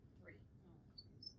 Three